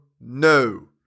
no